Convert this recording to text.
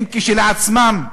הם כשלעצמם,